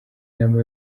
inama